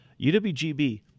UWGB